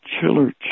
Chiller